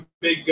big